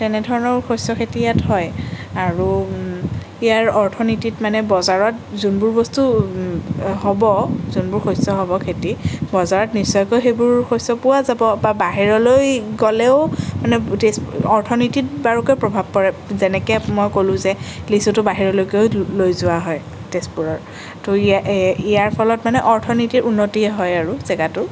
তেনেধৰণৰ শস্য খেতি ইয়াত হয় আৰু ইয়াৰ অৰ্থনীতিত মানে বজাৰত যোনবোৰ বস্তু হ'ব যিবোৰ শস্য হ'ব খেতি বজাৰত নিশ্চয়কৈ সেইবোৰ শস্য পোৱা যাব বা বাহিৰলৈ গ'লেও মানে অৰ্থনীতিত বাৰুকৈয়ে প্ৰভাৱ পৰে যেনেকৈ মই ক'লোঁ যে লিচুটো বাহিৰলৈকেও লৈ যোৱা হয় তেজপুৰৰ তো ইয়াৰ ফলত মানে অৰ্থনীতিৰ উন্নতি হয় আৰু জেগাটোৰ